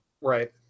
Right